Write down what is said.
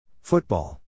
Football